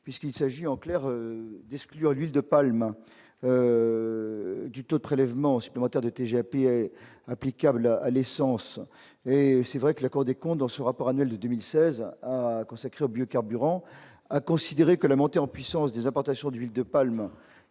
puisqu'il s'agit, en clair d'exclure l'huile de palme. Du taux de prélèvements supplémentaires de TGAP applicable à l'essence et c'est vrai que la Cour des comptes dans son rapport annuel 2000 16 heures consacrées aux biocarburants a considéré que la montée en puissance des importations d'huile de palme